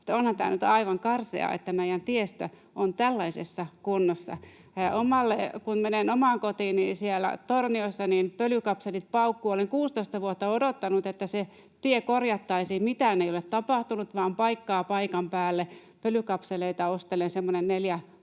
Onhan tämä nyt aivan karseaa, että meidän tiestö on tällaisessa kunnossa. Kun menen omaan kotiini Torniossa, niin siellä pölykapselit paukkuvat. Olen 16 vuotta odottanut, että se tie korjattaisiin. Mitään ei ole tapahtunut, vain paikkaa paikan päälle. Pölykapseleita ostelen